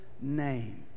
name